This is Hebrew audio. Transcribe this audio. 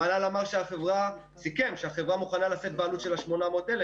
נאמר שהחברה מוכנה לשאת בעלות של ה-800,000,